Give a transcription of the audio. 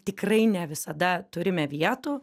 tikrai ne visada turime vietų